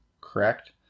correct